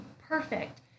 perfect